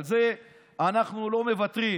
על זה אנחנו לא מוותרים.